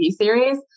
series